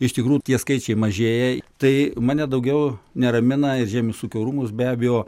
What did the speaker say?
iš tikrųjų tie skaičiai mažėja tai mane daugiau neramina ir žemės ūkio rūmus be abejo